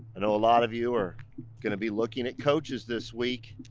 know a lot of you are gonna be looking at coaches this week,